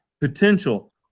potential